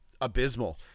abysmal